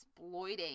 exploiting